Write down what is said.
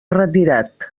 retirat